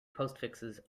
postfixes